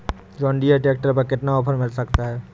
John Deere tractor पर कितना offer मिल सकता है?